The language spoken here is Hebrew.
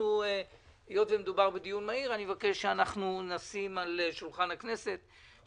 היות ומדובר בדיון מהיר אני מבקש שאנחנו נשים על שולחן הכנסת סיכום,